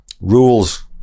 rules